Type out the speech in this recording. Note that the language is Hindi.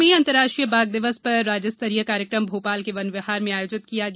प्रदेश में अंतर्राष्ट्रीय बाघ दिवस पर राज्य स्तरीय कार्यक्रम भोपाल के वन विहार में आयोजित किया गया